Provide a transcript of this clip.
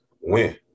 win